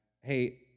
Hey